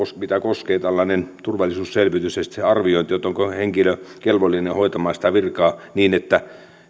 koskee tällainen turvallisuusselvitys ja sitten se arviointi onko henkilö kelvollinen hoitamaan sitä virkaa niin että se